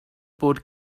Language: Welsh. bod